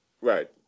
Right